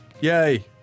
Yay